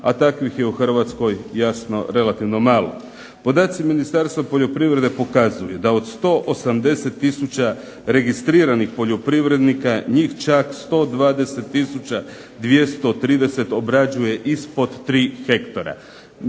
a takvih je u Hrvatskoj jasno relativno malo. Podaci Ministarstva poljoprivrede pokazuju da od 180000 registriranih poljoprivrednika njih čak 120230 obrađuje ispod tri hektara.